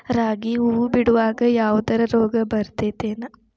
ರಾಗಿ ಹೂವು ಬಿಡುವಾಗ ಯಾವದರ ರೋಗ ಬರತೇತಿ ಏನ್?